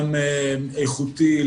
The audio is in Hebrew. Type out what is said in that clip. גם איכותי,